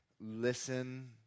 listen